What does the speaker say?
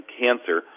cancer